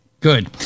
Good